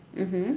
mmhmm